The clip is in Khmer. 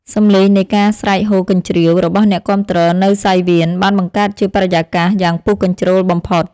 សំឡេងនៃការស្រែកហ៊ោកញ្ជ្រៀវរបស់អ្នកគាំទ្រនៅសង្វៀនបានបង្កើតជាបរិយាកាសយ៉ាងពុះកញ្ជ្រោលបំផុត។